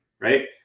right